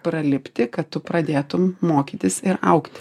pralipti kad tu pradėtum mokytis ir augti